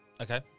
Okay